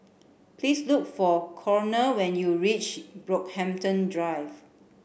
please look for Connor when you reach Brockhampton Drive